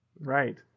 Right